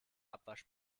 abwasch